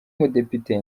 umudepite